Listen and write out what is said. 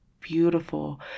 beautiful